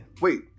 Wait